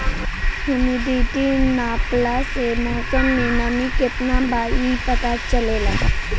humidity नापला से मौसम में नमी केतना बा इ पता चलेला